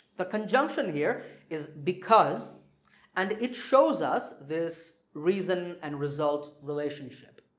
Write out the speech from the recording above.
the conjunction here is because and it shows us this reason and result relationship.